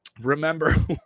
Remember